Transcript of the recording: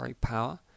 power